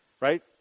right